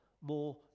more